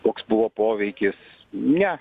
koks buvo poveikis ne